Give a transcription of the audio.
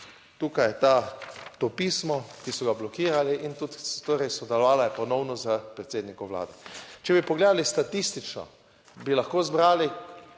tukaj, je to pismo, ki so ga blokirali in tudi, torej sodelovala je ponovno s predsednikom vlade. Če bi pogledali statistično, bi lahko zbrali